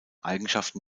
eigenschaften